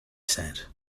said